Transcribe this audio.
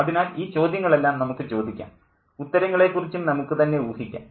അതിനാൽ ഈ ചോദ്യങ്ങളെല്ലാം നമുക്ക് ചോദിക്കാം ഉത്തരങ്ങളെക്കുറിച്ചും നമുക്ക് തന്നെ ഊഹിക്കാം